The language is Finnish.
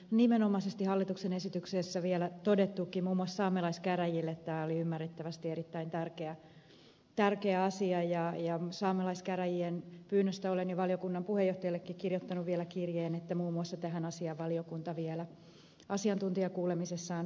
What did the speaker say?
nimenomaisesti hallituksen esityksessä on vielä tästä todettukin että muun muassa saamelaiskäräjille tämä oli ymmärrettävästi erittäin tärkeä asia ja saamelaiskäräjien pyynnöstä olen jo valiokunnan puheenjohtajallekin kirjoittanut vielä kirjeen että muun muassa tähän asiaan valiokunta vielä asiantuntijakuulemisessaan perehtyy